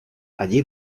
allí